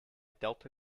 delta